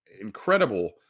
Incredible